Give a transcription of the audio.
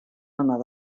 anar